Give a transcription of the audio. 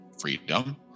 freedom